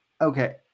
Okay